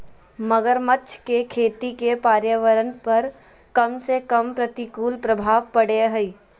मगरमच्छ के खेती के पर्यावरण पर कम से कम प्रतिकूल प्रभाव पड़य हइ